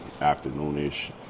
afternoon-ish